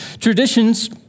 Traditions